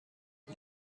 اون